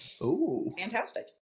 fantastic